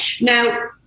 Now